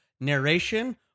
narration